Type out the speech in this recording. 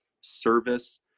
service